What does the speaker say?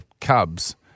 cubs